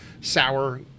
sour